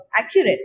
accurate